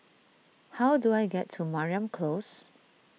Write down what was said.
how do I get to Mariam Close